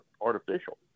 artificial